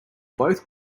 both